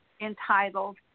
entitled